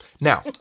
Now